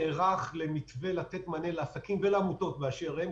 למתווה שייתן מענה לעסקים ולעמותות באשר הן.